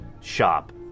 shop